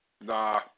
Nah